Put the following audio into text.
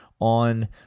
on